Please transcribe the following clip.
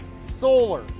solar